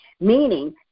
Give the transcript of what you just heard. meaning